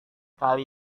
kali